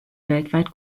weltweit